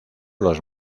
los